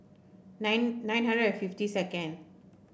nine nine hundred and fifty second